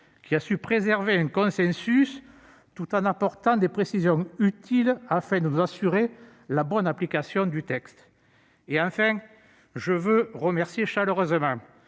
qui a su préserver un consensus, tout en apportant des précisions utiles, afin de nous assurer la bonne application du texte. Enfin, je veux remercier chaleureusement